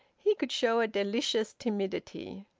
he could show a delicious timidity.